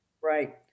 Right